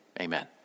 Amen